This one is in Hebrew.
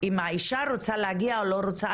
אם האישה רוצה להגיע או לא רוצה,